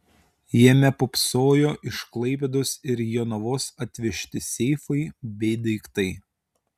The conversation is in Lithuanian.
jame pūpsojo iš klaipėdos ir jonavos atvežti seifai bei daiktai